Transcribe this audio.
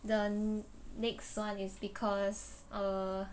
the next [one] is because err